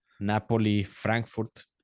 Napoli-Frankfurt